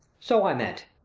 so i meant.